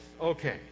Okay